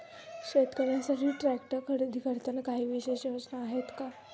शेतकऱ्यांसाठी ट्रॅक्टर खरेदी करताना काही विशेष योजना आहेत का?